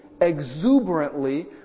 exuberantly